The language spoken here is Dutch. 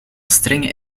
strenge